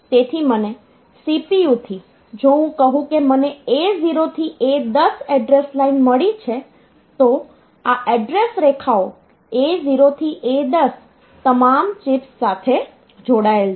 તેથી મને CPU થી જો હું કહું કે મને A0થી A10 એડ્રેસ લાઇન મળી છે તો આ એડ્રેસ રેખાઓ A0 to A10 તમામ ચિપ્સ સાથે જોડાયેલ છે